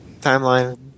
timeline